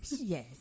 Yes